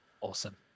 awesome